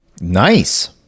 Nice